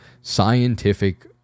scientific